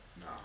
no